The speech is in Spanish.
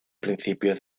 principios